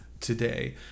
today